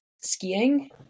skiing